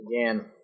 again